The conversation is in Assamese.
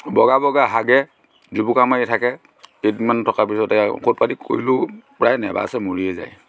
বগা বগা হাগে জুপুকা মাৰি থাকে কেইদিনমান থকা পিছতে প্ৰায় নাবাচে মৰিয়ে যায়